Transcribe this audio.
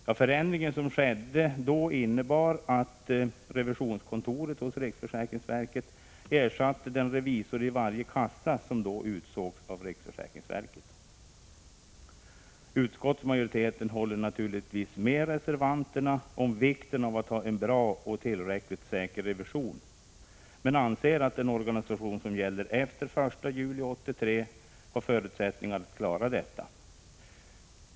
Den förändring som skedde innebar att revisionskontoret hos riksförsäkringsverket ersatte den revisor vid varje kassa som tidigare utsågs av riksförsäkringsverket. Utskottsmajoriteten håller naturligtvis med reservanterna om vikten av en bra och säker revision men anser att den organisation som gäller efter den 1 juli 1983 har förutsättningar att klara detta.